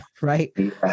right